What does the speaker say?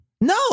No